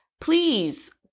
please